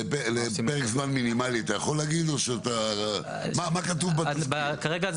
אתה יכול להגיד פרק זמן מינימלי?